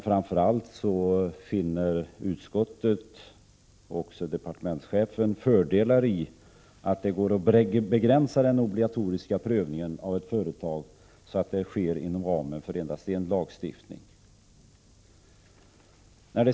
Utskottet och departementschefen finner framför allt fördelar i att det går att begränsa den obligatoriska prövningen av ett företag, så att den sker inom ramen för endast en lagstiftning.